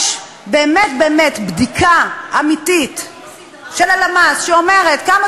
יש באמת באמת בדיקה אמיתית של הלמ"ס שאומרת כמה